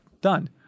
done